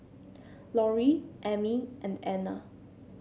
Lorrie Emmie and Anna